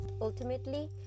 Ultimately